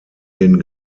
den